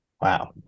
Wow